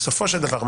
בסופו של דבר,